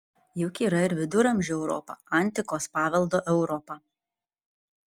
juk yra ir viduramžių europa antikos paveldo europa